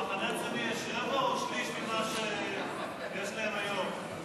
למחנה הציוני יש רבע או שליש ממה שיש להם היום?